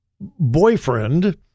boyfriend